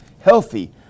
healthy